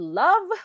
love